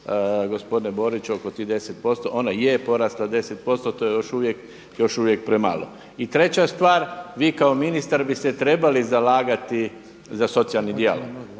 gospodine Boriću oko tih 10%. Ona je porasla 10%. To je još uvijek premalo. I treća stvar, vi kao ministar bi se trebali zalagati za socijalni dijalog